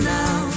now